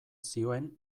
zioen